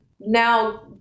now